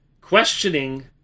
questioning